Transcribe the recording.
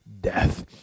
death